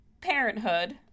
Parenthood